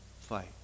fight